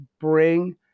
bring